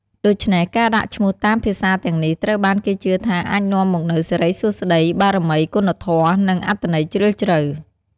ដូច្នេះ ការដាក់ឈ្មោះតាមភាសាទាំងនេះ ត្រូវបានគេជឿថាអាចនាំមកនូវ សិរីសួស្ដី បារមី គុណធម៌ និងអត្ថន័យជ្រាលជ្រៅ។